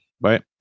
Right